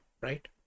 right